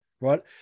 right